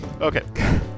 okay